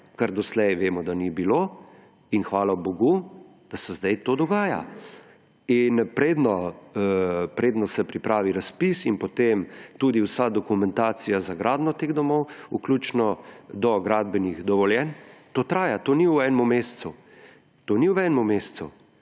kar doslej, vemo, da ni bilo in hvala bogu, da se zdaj to dogaja. In predno se pripravi razpis in potem tudi vsa dokumentacija za gradnjo teh domov, vključno do gradbenih dovoljenj, to traja. To ni v enem mesecu.